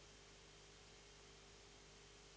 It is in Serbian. Hvala